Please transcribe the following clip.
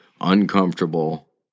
uncomfortable